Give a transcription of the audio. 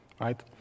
right